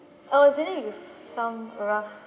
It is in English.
I was dealing with some rough